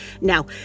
Now